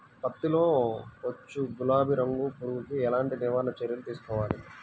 పత్తిలో వచ్చు గులాబీ రంగు పురుగుకి ఎలాంటి నివారణ చర్యలు తీసుకోవాలి?